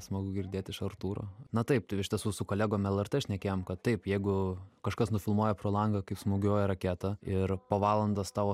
smagu girdėt iš artūro na taip tai iš tiesų su kolegom lrt šnekėjom kad taip jeigu kažkas nufilmuoja pro langą kai smūgiuoja raketa ir po valandos tavo